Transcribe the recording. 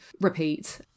repeat